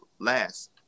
last